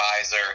advisor –